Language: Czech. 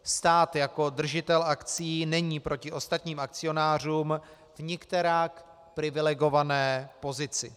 Stát jako držitel akcií není proti ostatních akcionářům v nikterak privilegované pozici.